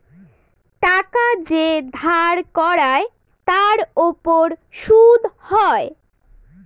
টাকা যে ধার করায় তার উপর সুদ হয়